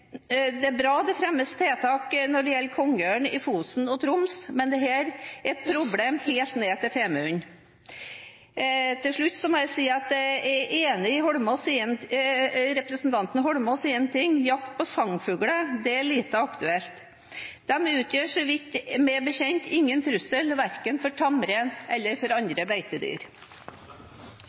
Det er bra at det fremmes tiltak når det gjelder kongeørn i Fosen og Troms, men dette er et problem helt ned til Femunden. Til slutt må jeg si at jeg er enig med representanten Eidsvoll Holmås i én ting – jakt på sangfugler er lite aktuelt. De utgjør, meg bekjent, ingen trussel verken for tamrein eller for andre beitedyr.